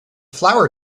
flower